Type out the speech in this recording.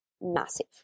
massive